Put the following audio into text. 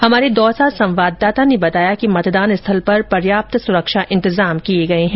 हमारे दौसा संवाददाता ने बताया कि मतदान स्थल पर पर्याप्त सुरक्षा इंतजाम किए गए हैं